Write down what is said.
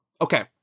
okay